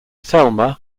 thelma